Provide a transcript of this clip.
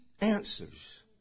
answers